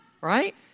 Right